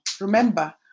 Remember